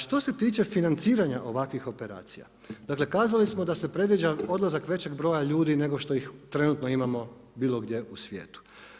Što se tiče financiranja ovakvih operacija, kazali smo da se predviđa odlazak većeg broja ljudi nego što ih trenutno imamo bilo gdje u svijetu.